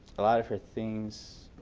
a lot of her things